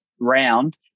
round